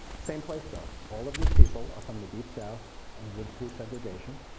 same place though. all of these people are from the deep south and lived through segregation.